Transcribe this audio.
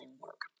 work